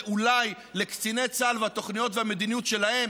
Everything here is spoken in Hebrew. ואולי לקציני צה"ל והתוכניות והמדיניות שלהם,